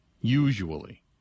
Usually